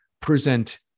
present